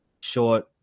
short